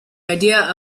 idea